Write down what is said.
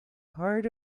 heart